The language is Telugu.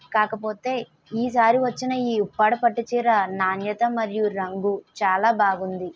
కాకపోతే ఈ సారి వచ్చిన ఈ ఉప్పాడ పట్టుచీర నాణ్యత మరియు రంగు చాలా బాగుంది